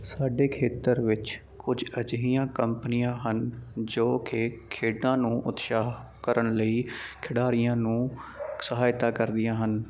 ਸਾਡੇ ਖੇਤਰ ਵਿੱਚ ਕੁਝ ਅਜਿਹੀਆਂ ਕੰਪਨੀਆਂ ਹਨ ਜੋ ਕਿ ਖੇਡਾਂ ਨੂੰ ਉਤਸ਼ਾਹ ਕਰਨ ਲਈ ਖਿਡਾਰੀਆਂ ਨੂੰ ਸਹਾਇਤਾ ਕਰਦੀਆਂ ਹਨ